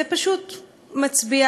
זה פשוט מצביע,